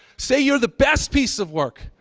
say you're the best piece of work.